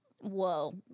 Whoa